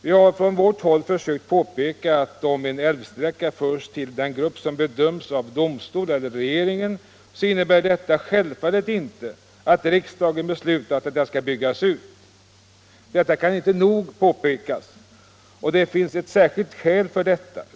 Vi har från vårt håll försökt påpeka att om en älvsträcka förs till den grupp som bedöms av domstol eller regering så innebär detta självfallet inte att riksdagen har beslutat att den skall byggas ut. Detta kan inte nog påpekas, och det finns ett särskilt skäl för detta.